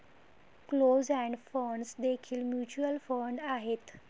closed end funds देखील mutual fund आहेत